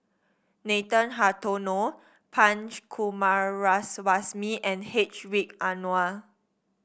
Nathan Hartono Punch Coomaraswamy and Hedwig Anuar